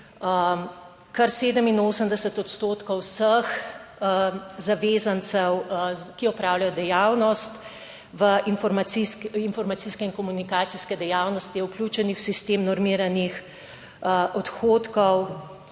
kar 87 odstotkov vseh zavezancev, ki opravljajo dejavnost informacijske in komunikacijske dejavnosti, je vključenih v sistem normiranih odhodkov,